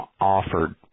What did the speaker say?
offered